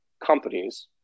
companies